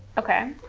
okay.